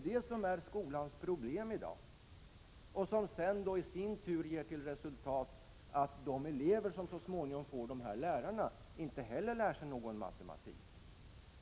Detta är skolans problem i dag. Det leder sedan i sin tur till resultat att de elever som så småningom får dessa lärare inte heller lär sig någon matematik.